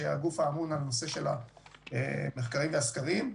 שהיא הגוף האמון על הנושא של המחקרים והסקרים,